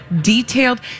Detailed